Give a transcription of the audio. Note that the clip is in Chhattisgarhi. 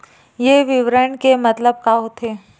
ये विवरण के मतलब का होथे?